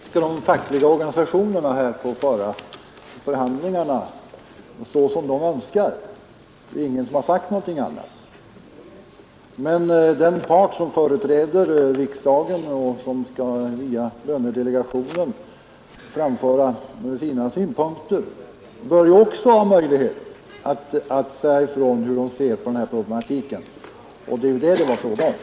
Herr talman! Visst får de fackliga organisationerna föra förhandlingarna så som de önskar. Ingen har sagt något annat. Men den part som företräder riksdagen bör ju också ha möjlighet att säga ifrån hur den ser på den här problematiken. Det är ju vad det är fråga om.